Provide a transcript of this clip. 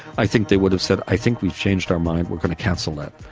i think they would have said, i think we've changed our mind, we're going to cancel that.